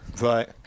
right